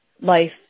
life